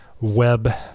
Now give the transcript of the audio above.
Web